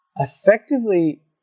effectively